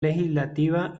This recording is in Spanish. legislativa